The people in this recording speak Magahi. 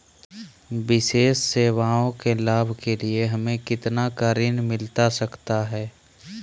विशेष सेवाओं के लाभ के लिए हमें कितना का ऋण मिलता सकता है?